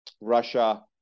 Russia